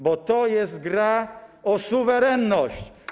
Bo to jest gra o suwerenność.